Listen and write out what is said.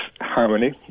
harmony